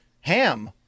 ham